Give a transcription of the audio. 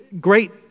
great